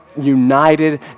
united